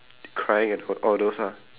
crying and all those ah